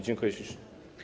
Dziękuję ślicznie.